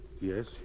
Yes